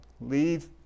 Leave